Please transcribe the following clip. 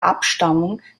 abstammung